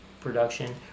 production